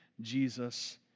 Jesus